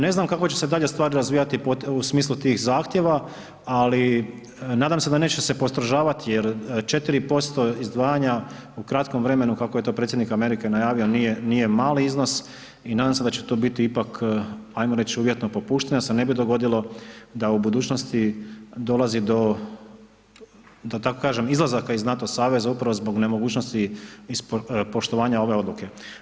Ne znam kako će se dalje stvar razvijati u smislu tih zahtjeva, ali nadam se da neće se postrožavati, jer 4% izdvajanja u kratkom vremenu kako je to predsjednik Amerike najavio, nije mali iznos i nadam se da će to biti ipak ajmo reći uvjetnog popuštanja da se ne bi dogodilo da u budućnosti dolazi do da tako kažem, izlazaka iz NATO saveza upravo zbog nemogućnosti i zbog poštovanja ove odluke.